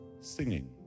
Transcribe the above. Singing